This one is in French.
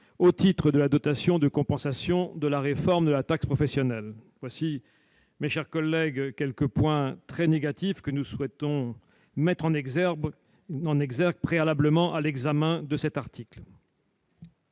au titre de la dotation de compensation de la réforme de la taxe professionnelle. Tels sont, mes chers collègues, les quelques points très négatifs que nous souhaitons mettre en exergue préalablement à l'examen de l'article.